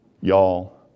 y'all